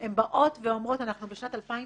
הן באותו ואומרות אנחנו בשנת 2018